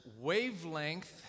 Wavelength